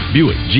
Buick